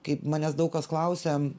kaip manęs daug kas klausia